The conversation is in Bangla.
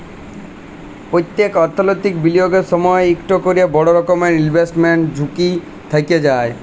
প্যত্তেক অথ্থলৈতিক বিলিয়গের সময়ই ইকট ক্যরে বড় রকমের ইলভেস্টমেল্ট ঝুঁকি থ্যাইকে যায়